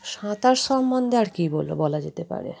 সাঁতার সম্বন্ধে আর কী বোল বলা যেতে পারে